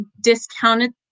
discounted